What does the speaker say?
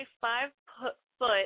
five-foot